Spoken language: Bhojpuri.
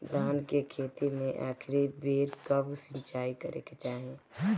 धान के खेती मे आखिरी बेर कब सिचाई करे के चाही?